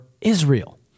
Israel